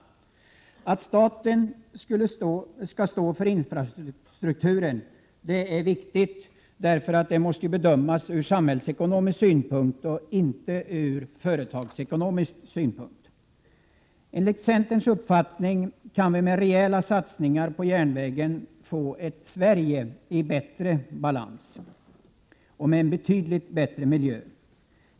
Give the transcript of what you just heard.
Att staten skall stå för infrastrukturen är viktigt. Den måste nämligen bedömas ur samhällsekonomisk synpunkt och inte ur företagsekonomisk synpunkt. Enligt centerns uppfattning kan vi med rejäla satsningar på järnvägen få ett Sverige i bättre balans och med en betydligt bättre miljö.